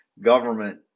government